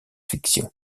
fiction